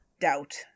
doubt